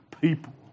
people